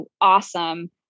awesome